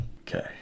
Okay